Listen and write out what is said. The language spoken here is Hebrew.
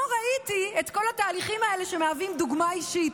לא ראיתי את כל התהליכים האלה שמהווים דוגמה אישית.